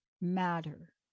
matter